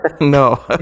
No